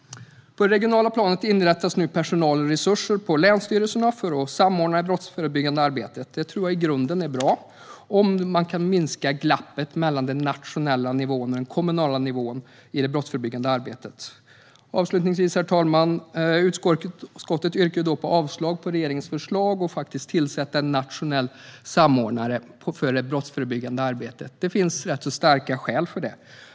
På det regionala planet inrättas nu personal och resurser på länsstyrelserna för att samordna det brottsförebyggande arbetet. Det tror jag är i grunden bra om det kan minska glappet mellan den nationella nivån och den kommunala nivån i det brottsförebyggande arbetet. Avslutningsvis, herr talman, yrkar utskottet avslag på regeringens förslag att tillsätta en nationell samordnare för det brottsförebyggande arbetet. Det finns starka skäl för det.